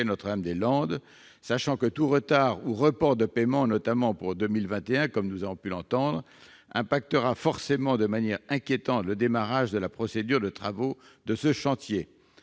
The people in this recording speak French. Notre-Dame-des-Landes. Il faut savoir que tout retard ou report de paiement, notamment au titre de 2021, comme nous avons pu l'entendre, affectera forcément de manière inquiétante le démarrage de la procédure de travaux de ce chantier.